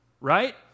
right